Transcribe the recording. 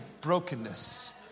brokenness